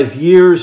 years